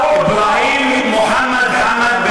אברהים מוחמד חאמד,